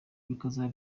bikazaba